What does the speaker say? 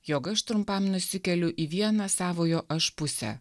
jog aš trumpam nusikeliu į vieną savojo aš pusę